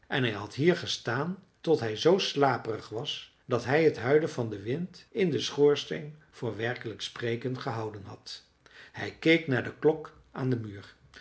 en hij had hier gestaan tot hij zoo slaperig was dat hij het huilen van den wind in den schoorsteen voor werkelijk spreken gehouden had hij keek naar de klok aan den muur